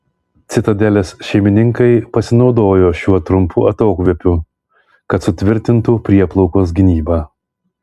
citadelės šeimininkai pasinaudojo šiuo trumpu atokvėpiu kad sutvirtintų prieplaukos gynybą